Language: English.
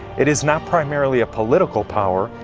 it is not primarily a political power,